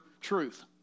truth